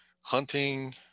hunting